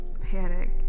panic